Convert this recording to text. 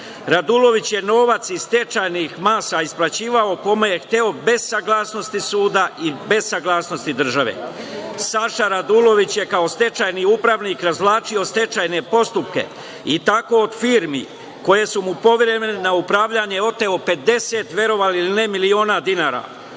Radulović je novac iz stečajni masa isplaćivao kome je hteo, bez saglasnosti suda i bez saglasnosti države. Saša Radulović je kao stečajni upravnik razvlačio stečajne postupke i tako od firmi koje su mu poverene na upravljanje oteo, verovali ili ne, 50 miliona dinara.